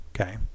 Okay